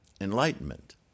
enlightenment